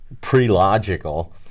pre-logical